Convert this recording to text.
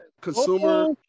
consumer